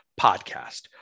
podcast